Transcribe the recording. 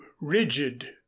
rigid